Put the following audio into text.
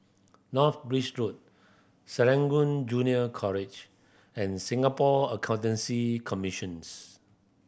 North Bridge Road Serangoon Junior College and Singapore Accountancy Commissions